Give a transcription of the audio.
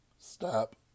Stop